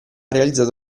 realizzato